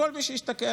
וכל מי שהשתקע,